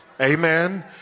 Amen